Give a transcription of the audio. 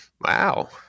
wow